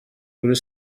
kuri